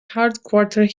headquarter